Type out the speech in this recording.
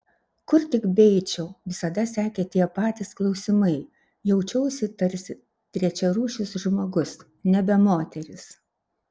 kur tik beeičiau visada sekė tie patys klausimai jaučiausi tarsi trečiarūšis žmogus nebe moteris